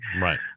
Right